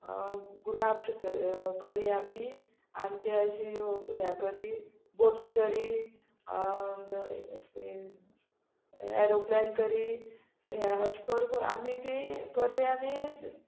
गुलाब शिकल करी आमी आनी ते अशी हे करी बोटी करी फिर एरोप्लेन करी हें अशे कर करून आमी ती करी आनी